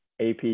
AP